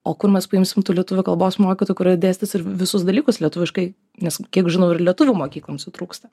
o kur mes paimsim tų lietuvių kalbos mokytojų kurie dėstys ir visus dalykus lietuviškai nes kiek žinau ir lietuvių mokykloms jų trūksta